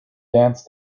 dance